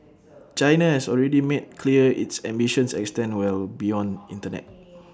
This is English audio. China has already made clear its ambitions extend well beyond Internet